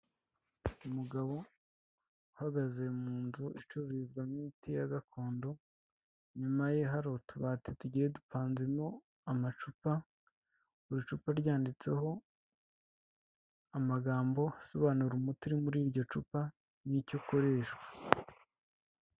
Umugabo uhagaze mu nzu icururizwamo imiti ya gakondo, inyuma ye hari utubati tugiye dupanzemo amacupa, buri cupa ryanditseho amagambo asobanura umuti uri muri iryo cupa n'icyo ukoreshashwa.